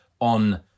on